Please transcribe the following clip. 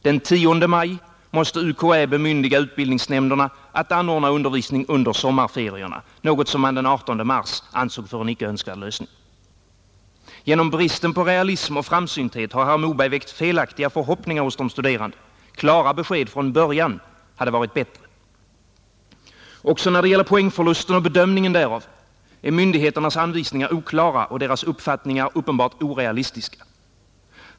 Den 10 maj måste UKÄ bemyndiga utbildningsnämnderna att anordna undervisning under sommarferierna — något som man den 18 mars ansåg för en icke önskvärd lösning. Genom bristen på realism och framsynthet har herr Moberg väckt felaktiga förhoppningar hos de studerande. Klara besked från början hade varit bättre. Också när det gäller poängförlusten och bedömningen därav är myndigheternas anvisningar oklara och deras uppfattningar uppenbart orealistiska.